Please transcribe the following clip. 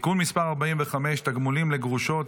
(תיקון מס' 45) (תגמול לגרושות),